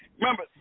remember